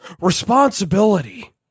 Responsibility